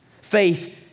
Faith